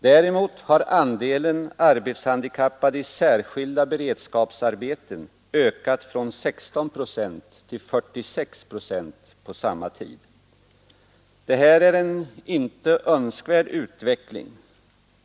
Däremot har andelen arbetshandikappade i särskilda beredskapsarbeten ökat från 16 procent till 46 procent på samma tid. Detta är en inte önskvärd utveckling.